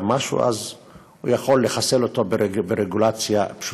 משהו אז הוא יכול לחסל אותו ברגולציה פשוטה.